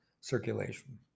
circulation